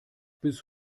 bis